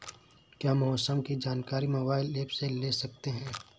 क्या मौसम की जानकारी मोबाइल ऐप से ले सकते हैं?